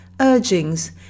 urgings